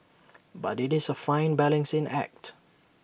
but IT is A fine balancing act